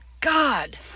God